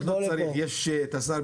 בוא לפה.